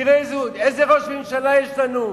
תראה איזה ראש ממשלה יש לנו.